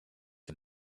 him